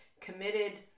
committed